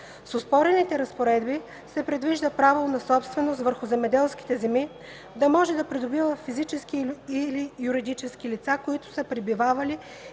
С оспорените разпоредби се предвижда право на собственост върху земеделски земи да може да придобиват физически или юридически лица, които са пребивавали